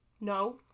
No